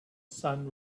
sun